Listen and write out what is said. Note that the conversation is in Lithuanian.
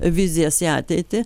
vizijas į ateitį